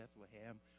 Bethlehem